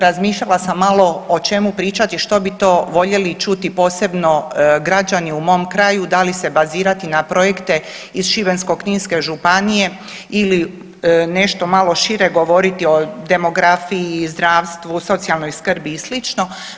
Razmišljala sam malo o čemu pričati, što bi to voljeli čuti posebno građani u mom kraju, da li se bazirati na projekte iz Šibensko-kninske županije ili nešto malo šire govoriti o demografiji, zdravstvu, socijalnoj skrbi i slično.